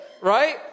right